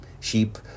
Sheep